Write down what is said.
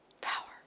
power